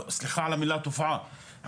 סליחה על המילה תופעה,